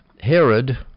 Herod